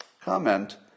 comment